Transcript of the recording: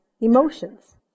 emotions